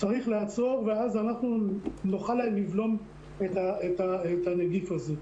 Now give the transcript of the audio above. צריך לעצור, ואז אנחנו נוכל לבלום את הנגיף הזה.